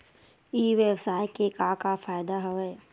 ई व्यवसाय के का का फ़ायदा हवय?